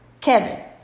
Kevin